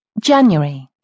January